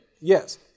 Yes